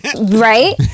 right